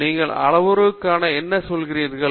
எனவே நீங்கள் அளவுருக்கள் என்ன சொல்கிறீர்கள்